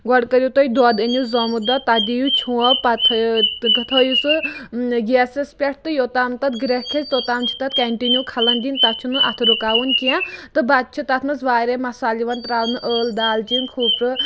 گۄڈٕ کٔرِو تُہۍ دۄد أنِو زامُت دۄد تَتھ دِیِو چھو پَتہٕ تھٲیِو تھٲیِو سُہ گیسَس پٮ۪ٹھ تہٕ یوٚتام تَتھ گرٛٮ۪کھ کھٮ۪تھ توٚتام چھِ تَتھ کَنٹِنیوٗ کھَلن دِنۍ تَتھ چھُنہٕ اَتھٕ رُکاوُن کینٛہہ تہٕ بَتہٕ چھِ تَتھ منٛز واریاہ مَسالہٕ یِوان ترٛاونہٕ ٲل دالچیٖن کھوٗپرٕ